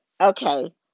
Okay